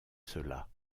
cela